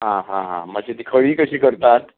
आं हां हां मातशी ती खळी कशी करतात